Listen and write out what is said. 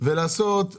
מסתכל